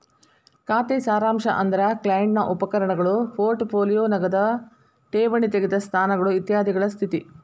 ಖಾತೆ ಸಾರಾಂಶ ಅಂದ್ರ ಕ್ಲೈಂಟ್ ನ ಉಪಕರಣಗಳು ಪೋರ್ಟ್ ಪೋಲಿಯೋ ನಗದ ಠೇವಣಿ ತೆರೆದ ಸ್ಥಾನಗಳು ಇತ್ಯಾದಿಗಳ ಸ್ಥಿತಿ